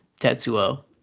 Tetsuo